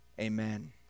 amen